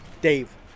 Dave